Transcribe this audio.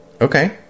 Okay